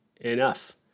enough